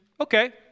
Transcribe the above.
Okay